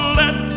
let